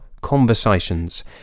Conversations